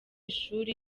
ishuri